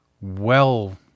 well-